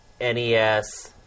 NES